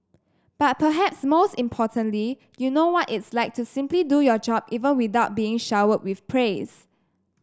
but perhaps most importantly you know what it's like to simply do your job even without being showered with praise